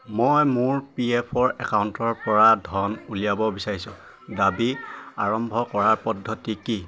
মই মোৰ P F একাউণ্টৰপৰা ধন উলিয়াব বিচাৰিছোঁ দাবী আৰম্ভ কৰাৰ পদ্ধতি কি মোৰ